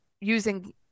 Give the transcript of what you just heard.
using